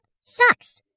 sucks